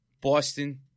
Boston